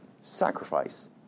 sacrifice